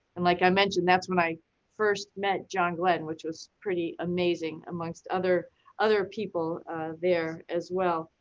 and like i mentioned, that's when i first met john glenn, which was pretty amazing amongst other other people there as well.